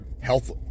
health